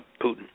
Putin